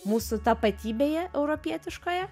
mūsų tapatybėje europietiškoje